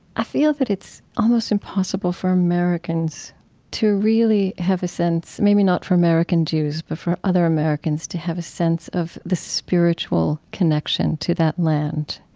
i feel that it's almost impossible for americans to really have a sense maybe not for american jews, but for other americans to have a sense of the spiritual connection to that land.